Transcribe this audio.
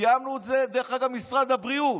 תיאמנו עם משרד הבריאות,